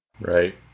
Right